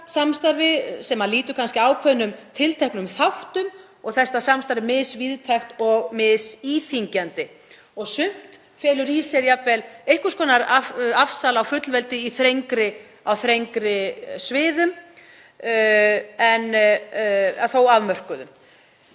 sem lýtur kannski ákveðnum tilteknum þáttum og það samstarf er misvíðtækt og misíþyngjandi. Sumt felur jafnvel í sér einhvers konar afsal á fullveldi á þrengri sviðum en þó afmörkuðum.